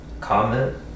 Comment